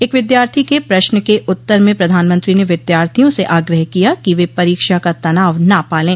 एक विद्यार्थी के प्रश्न के उत्तर में प्रधानमंत्री ने विद्यार्थियों से आग्रह किया कि वे परीक्षा का तनाव न पालें